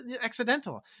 accidental